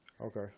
Okay